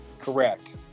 correct